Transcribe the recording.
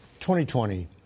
2020